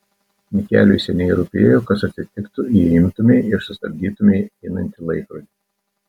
mikeliui seniai rūpėjo kas atsitiktų jei imtumei ir sustabdytumei einantį laikrodį